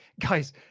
Guys